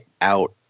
out